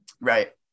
right